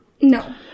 No